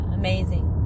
amazing